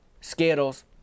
skittles